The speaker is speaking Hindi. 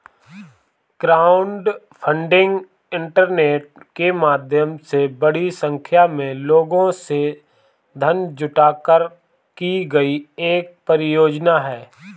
क्राउडफंडिंग इंटरनेट के माध्यम से बड़ी संख्या में लोगों से धन जुटाकर की गई एक परियोजना है